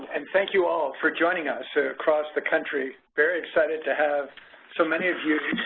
and thank you all for joining us across the country. very excited to have so many of you